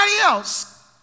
else